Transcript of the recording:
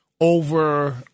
over